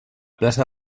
plaça